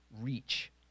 reach